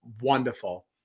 Wonderful